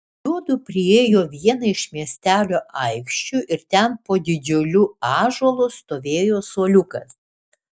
juodu priėjo vieną iš miestelio aikščių ir ten po didžiuliu ąžuolu stovėjo suoliukas